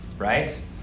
Right